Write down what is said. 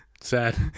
sad